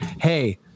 hey